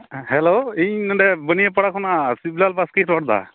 hello ᱤᱧ ᱱᱚᱸᱰᱮ ᱵᱟᱹᱱᱭᱟᱹ ᱯᱟᱲᱟ ᱠᱷᱚᱱᱟᱜ ᱥᱤᱵᱽᱞᱟᱞ ᱵᱟᱥᱠᱮᱧ ᱨᱚᱲ ᱮᱫᱟ